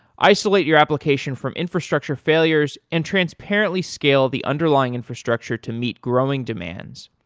isolate your application from infrastructure failures and transparently scale the underlying infrastructure to meet growing demands,